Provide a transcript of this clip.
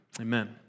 Amen